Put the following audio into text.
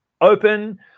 open